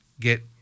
get